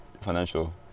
financial